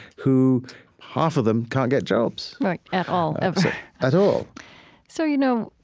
who half of them can't get jobs right, at all, ever at all so, you know,